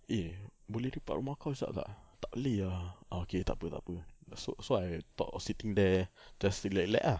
eh boleh lepak rumah kau kejap tak oh tak boleh ah ah okay tak apa tak apa so so I thought of sitting there just rilek rilek ah